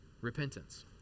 repentance